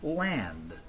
land